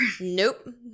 Nope